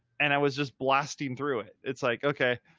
and i was just blasting through it. it's like, okay,